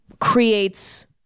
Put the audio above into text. creates